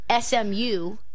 SMU